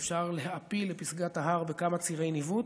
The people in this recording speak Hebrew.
ואפשר להעפיל לפסגת ההר בכמה צירי ניווט,